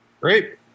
Great